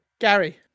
Gary